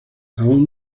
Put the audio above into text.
aún